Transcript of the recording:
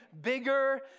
bigger